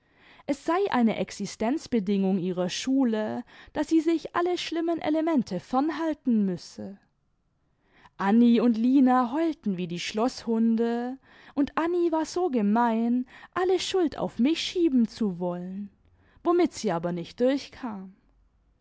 es sei eine existenzbedingung ihrer schule daß sie sich alle schlimmen elemente fernhalten müsse anni und lina heulten wie die schloßhunde und anni war so gemein alle schuld auf mich schieben zu wollen womit sie aber nicht durchkam